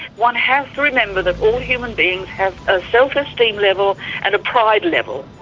one has to remember that all human beings have a self-esteem level and a pride level,